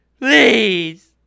Please